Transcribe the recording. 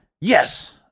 Yes